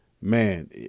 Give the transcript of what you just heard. man